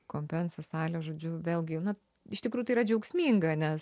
kompensa salė žodžiu vėlgi na iš tikrųjų yra džiaugsminga nes